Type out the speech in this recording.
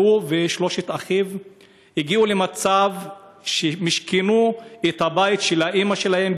והוא ושלושת אחיו הגיעו למצב שמשכנו את הבית של אימא שלהם,